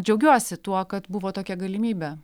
džiaugiuosi tuo kad buvo tokia galimybė